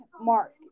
Mark